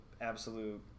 absolute